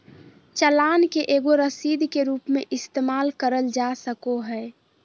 चालान के एगो रसीद के रूप मे इस्तेमाल करल जा सको हय